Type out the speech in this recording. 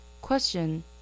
Question